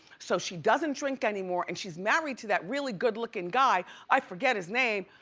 so she doesn't drink anymore and she's married to that really good-looking guy, i forget his name,